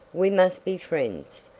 we must be friends,